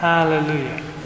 Hallelujah